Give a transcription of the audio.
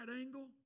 angle